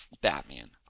Batman